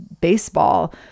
baseball